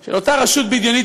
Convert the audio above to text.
של אותה רשות בדיונית,